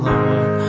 Lord